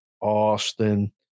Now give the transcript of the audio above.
Austin